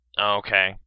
Okay